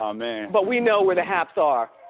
um man. but we know where the haps are.